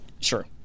Sure